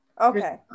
Okay